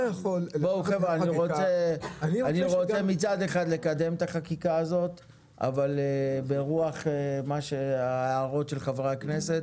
אני רוצה מצד אחד לקדם את החקיקה הזאת אבל ברוח הערות חברי הכנסת.